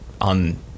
on